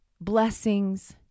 blessings